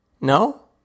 No